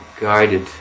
guided